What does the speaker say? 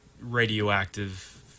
radioactive